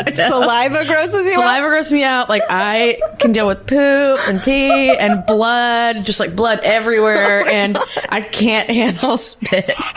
but saliva grosses you out? saliva grosses me out. like, i can deal with poop and pee and blood just like blood everywhere and i can't handle spit.